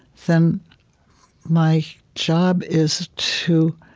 then my job is to